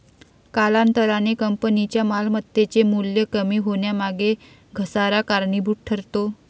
कालांतराने कंपनीच्या मालमत्तेचे मूल्य कमी होण्यामागे घसारा कारणीभूत ठरतो